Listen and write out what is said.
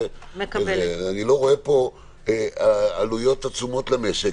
אני לא רואה פה עלויות עצומות למשק.